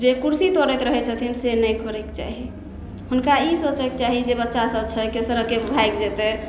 जे कुर्सी तोड़ैत रहै छथिन से नहि करैके चाही हुनका ई सोचैके चाही जे बच्चा सभ छै केओ सड़के पर भागि जेतै